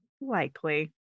Likely